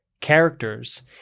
characters